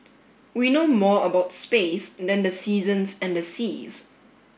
we know more about space than the seasons and the seas